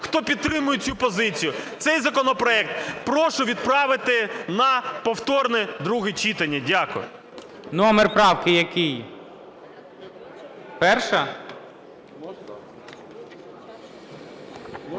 хто підтримує цю позицію. Цей законопроект прошу відправити на повторне друге читання. Дякую. ГОЛОВУЮЧИЙ. Номер правки який? 1-а?